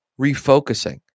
refocusing